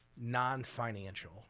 non-financial